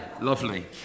Lovely